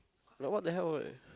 like what the hell right